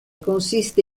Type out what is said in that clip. consiste